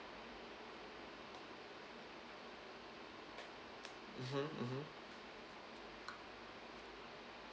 mmhmm mmhmm